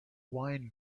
wine